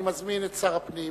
אני מזמין את שר הפנים